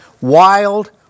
Wild